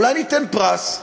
אולי ניתן פרס?